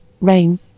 rain